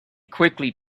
quickly